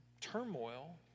turmoil